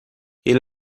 ele